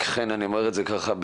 חן אני אומר בצניעות,